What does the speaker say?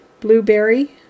Blueberry